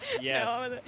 yes